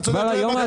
-- זאת הבעיה.